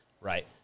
right